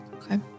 Okay